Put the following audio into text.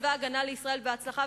לצבא-הגנה לישראל בהצלחה,